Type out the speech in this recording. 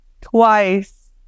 Twice